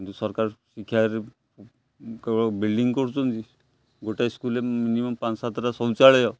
କିନ୍ତୁ ସରକାର ଶିକ୍ଷାରେ କେବଳ ବିଲ୍ଡିଂ କରୁଛନ୍ତି ଗୋଟାଏ ସ୍କୁଲରେ ମିନିମମ୍ ପାଞ୍ଚ ସାତଟା ଶୌଚାଳୟ